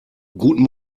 guten